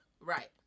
Right